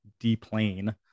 deplane